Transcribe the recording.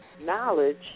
Knowledge